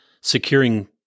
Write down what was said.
securing